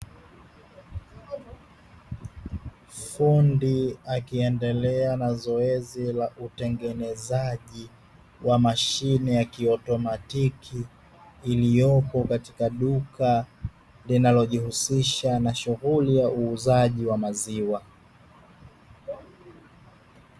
Fundi akiendelea na zoezi la utengenezaji wa mashine ya kiotomatiki, iliyopo katika duka linalojihusisha na shughuli ya uuzaji wa maziwa.